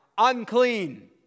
Unclean